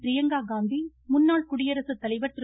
பிரியங்கா காந்தி முன்னாள் குடியரசுத்தலைவர் திரு